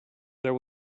there